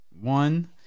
one